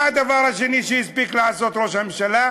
מה הדבר השני שהספיק לעשות ראש הממשלה?